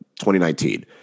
2019